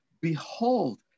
Behold